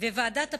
וועדת הפנים,